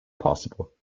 possible